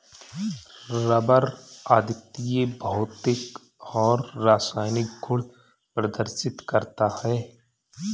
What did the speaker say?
rubber अद्वितीय भौतिक और रासायनिक गुण प्रदर्शित करता है